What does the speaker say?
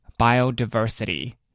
biodiversity